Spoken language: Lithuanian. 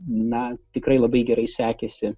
na tikrai labai gerai sekėsi